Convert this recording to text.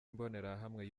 imbonerahamwe